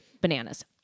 Bananas